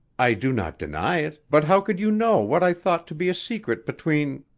i do not deny it, but how could you know what i thought to be a secret between